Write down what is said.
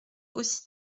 aussi